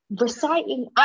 reciting